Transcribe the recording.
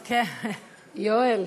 יואל,